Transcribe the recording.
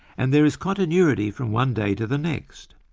and there is continuity from one day to the next.